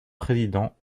président